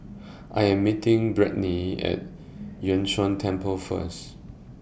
I Am meeting Brittnie At Yun Shan Temple First